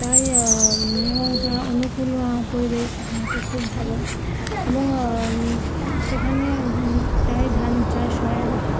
তাই এবং এছাড়া অনুকূল পরিবেশ মাটি খুব ভালো এবং সেখানে তাই ধান চাষ হয়